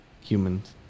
humans